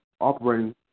operating